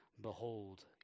behold